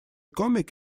comic